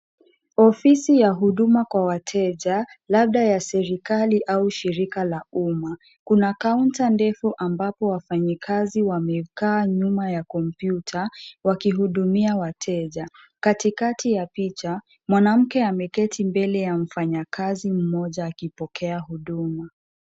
Odfifi ya huduma kwa wateja labda ya serikali au shirika la umma. Kuna kaunta ndefu ambapo wafanyakazi wamekaa nyuma ya kompyuta wakihudumia wateja. Katikati ya picha, mwanamke ameketi mbele ya mfanyakazi mmoja akipokea huduma.